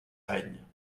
règne